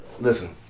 Listen